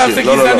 עכשיו זה גזענות.